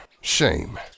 Shame